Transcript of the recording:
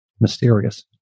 mysterious